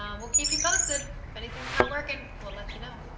um we'll keep you posted. if anything's not working we'll let you know.